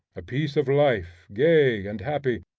a piece of life, gay and happy,